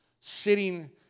sitting